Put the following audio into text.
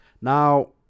Now